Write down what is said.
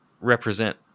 represent